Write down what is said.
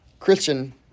Christian